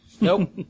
Nope